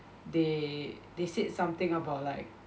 they they said something about like